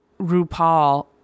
RuPaul